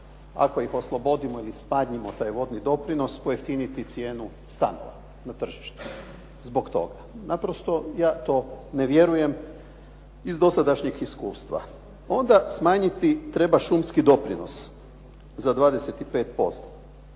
ako ih oslobodimo ili smanjimo taj vodni doprinos, pojeftiniti cijenu stanova na tržištu zbog toga. Naprosto ja to ne vjerujem iz dosadašnjeg iskustva. Onda smanjiti treba šumski doprinos za 25%.